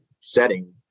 setting